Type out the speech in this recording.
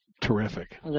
terrific